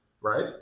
right